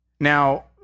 Now